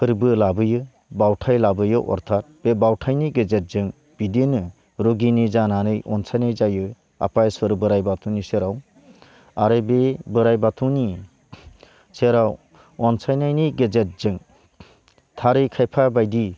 फोरबो लाबोयो बावथाय लाबोयो अरथात बे बावथायनि गेजेरजों बिदिनो रगिनि जानानै अनसाय जायो आफा इसर बोराइ बाथौनि सेराव आरो बे बोराइ बाथौनि सेराव अनसायनानि गेजेरजों थारै खायफा बायदि